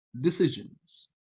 decisions